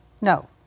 No